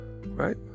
right